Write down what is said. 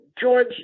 George